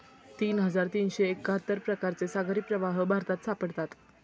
तीन हजार तीनशे एक्काहत्तर प्रकारचे सागरी प्रवाह भारतात सापडतात